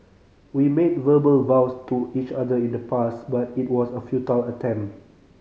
we made verbal vows to each other in the past but it was a futile attempt